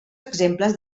exemples